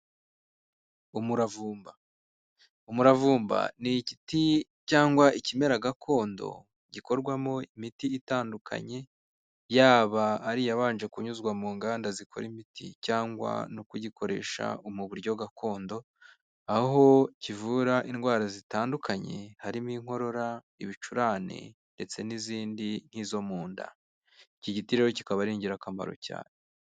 Umuravumba, umuravumba ni igiti cyangwa ikimera gakondo gikorwamo imiti itandukanye, yaba ari iyabanje kunyuzwa mu nganda zikora imiti cyangwa no kugikoresha mu buryo gakondo, aho kivura indwara zitandukanye harimo inkorora, ibicurane ndetse n'izindi nk'izo mu nda. Iki giti rero kikaba ari ingirakamaro cyane.